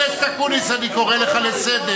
חבר הכנסת אקוניס, אני קורא לך לסדר.